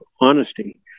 honesty